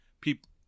People